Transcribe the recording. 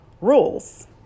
rules